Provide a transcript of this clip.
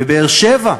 בבאר-שבע.